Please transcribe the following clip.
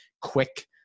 quick